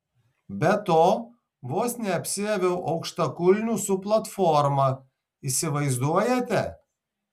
be to vos neapsiaviau aukštakulnių su platforma įsivaizduojate